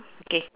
mm K